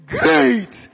great